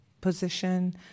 position